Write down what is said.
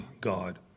God